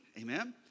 amen